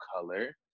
color